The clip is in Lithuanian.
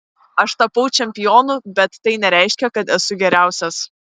aš tapau čempionu bet tai nereiškia kad esu geriausias